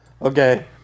Okay